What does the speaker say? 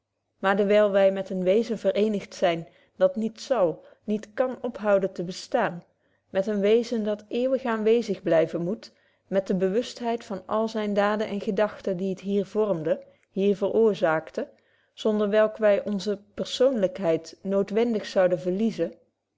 maar dewyl wy met een wezen verëenigd zyn dat niet zal niet kan ophouden te bestaan met een wezen dat eeuwig aanwezig blyven moet met de bewustheid van alle zyne daden en gedagten die het hier vormde hier veroorzaakte zonder welk wy onze persoonlykheid noodwendig zouden verliezen